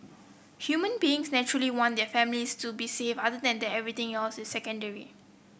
human beings naturally want their families to be safe other than that everything else is secondary